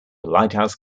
lighthouse